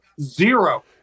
Zero